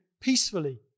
peacefully